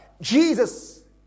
Jesus